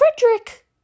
Frederick